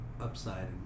Upside